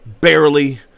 barely